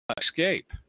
escape